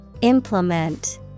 Implement